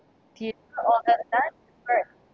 theatre